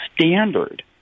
standard